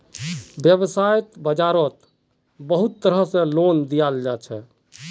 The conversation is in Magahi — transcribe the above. वैव्साय बाजारोत बहुत तरह से लोन दियाल जाछे